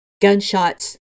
gunshots